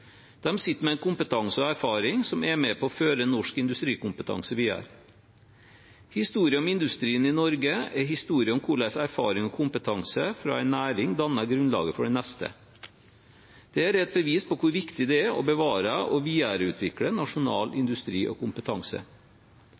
sitter med en kompetanse og erfaring som er med på å føre norsk industrikompetanse videre. Historien om industrien i Norge er historien om hvordan erfaring og kompetanse fra en næring danner grunnlaget for den neste. Dette er et bevis på hvor viktig det er å bevare og videreutvikle nasjonal industri og kompetanse.